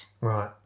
Right